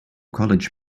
college